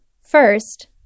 First